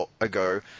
ago